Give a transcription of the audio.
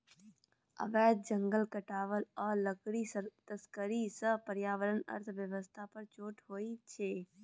अबैध जंगल काटब आ लकड़ीक तस्करी सँ पर्यावरण अर्थ बेबस्था पर चोट होइ छै